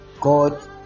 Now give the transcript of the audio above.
God